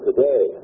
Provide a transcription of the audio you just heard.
Today